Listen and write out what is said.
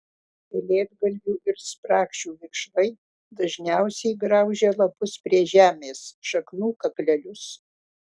pelėdgalvių ir sprakšių vikšrai dažniausiai graužia lapus prie žemės šaknų kaklelius